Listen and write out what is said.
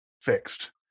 fixed